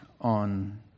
on